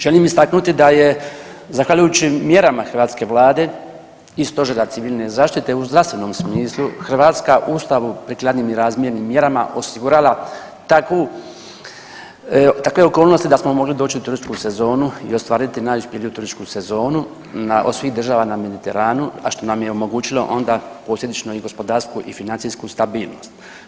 Želim istaknuti da je zahvaljujući mjerama hrvatske Vlade i Stožera civilne zaštite u zdravstvenom smislu Hrvatska u ustavu prikladnim i razmjernim mjerama osigurala takve okolnosti da smo mogli doći u turističku sezonu i ostvariti najuspjeliju turističku sezonu od svih država na Mediteranu, a što nam je omogućilo onda posljedično i gospodarsku i financijsku stabilnost.